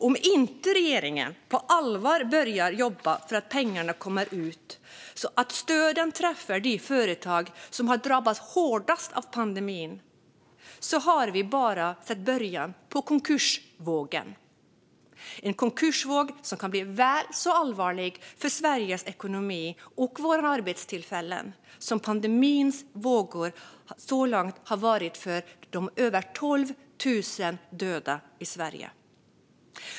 Om inte regeringen på allvar börjar jobba för att pengarna ska komma ut och för att stöden ska träffa de företag som har drabbats hårdast av pandemin har vi bara sett början på konkursvågen, en konkursvåg som kan bli väl så allvarlig för Sveriges ekonomi och våra arbetstillfällen som pandemins vågor så här långt har varit för de över 12 000 döda i Sverige.